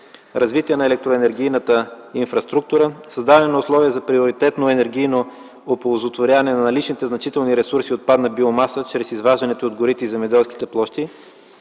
развитие на електроенергийната инфраструктура; създаване на условия за приоритетно енергийно оползотворяване на наличните значителни ресурси отпадна биомаса чрез изваждането й от горите и земеделските площи;